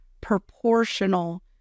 proportional